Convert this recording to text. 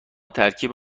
ترکیب